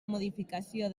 modificació